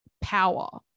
power